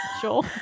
sure